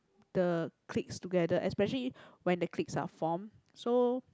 the cliques together especially when the cliques are formed so